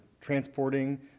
transporting